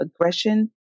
aggression